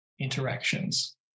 interactions